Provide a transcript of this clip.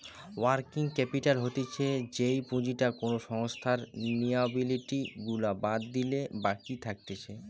working capital হতিছে যেই পুঁজিটা কোনো সংস্থার লিয়াবিলিটি গুলা বাদ দিলে বাকি থাকতিছে